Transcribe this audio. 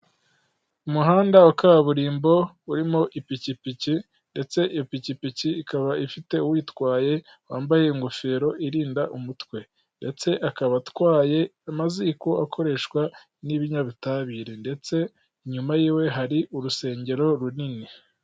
Umuhanda wa kaburimbo urimo ipikipiki ndetse ipikipiki ikaba ifite uyitwaye, wambaye ingofero irinda umutwe ndetse akaba atwaye amaziko akoreshwa n'ibinyabutabire ndetse inyuma yiwe hari urusengero runini.